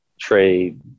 trade